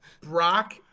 Brock